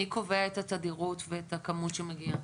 מי קובע את התדירות ואת הכמות שמגיעה?